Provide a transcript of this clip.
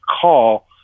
call